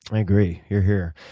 i agree. hear, hear.